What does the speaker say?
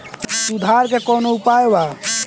सुधार के कौनोउपाय वा?